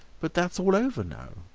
but that's all over now.